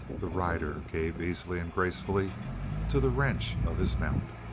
the rider gave easily and gracefully to the wrench of his mount.